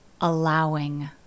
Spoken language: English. allowing